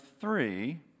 three